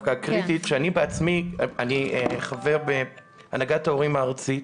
שאני חבר בהנהגת ההורים הארצית.